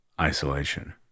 isolation